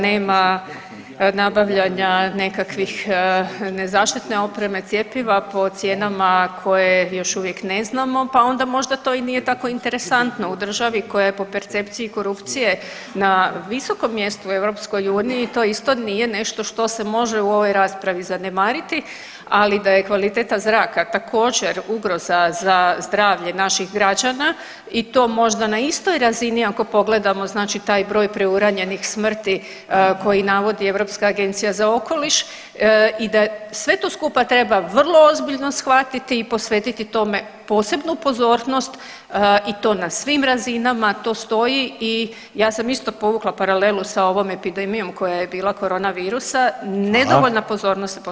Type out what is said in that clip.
Nema nabavljanja nekakvih, ne, zaštitne opreme, cjepiva po cijena koje još uvijek ne znam, pa onda možda to i nije tako interesantno u državi koja je po percepciji korupcije na visokom mjestu u EU, to isto nije nešto što se može u ovoj raspravi zanemariti, ali da je kvaliteta zraka također, ugroza za zdravlje naših građana i to možda na istoj razini ako pogledamo znači taj broj preuranjenih smrti koji navodi Europska agencija za okoliš i da sve to skupa treba vrlo ozbiljno shvatiti i posvetiti tome posebnu pozornost i to na svim razinama, to stoji i ja sam isto povukla paralelu sa ovom epidemijom koja je bila, koronavirusa, nedovoljna pozornost se posvećuje.